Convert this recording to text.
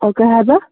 ꯑꯣ ꯀꯔꯤ ꯍꯥꯏꯕ